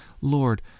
Lord